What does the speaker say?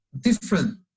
different